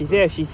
because